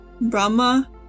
Brahma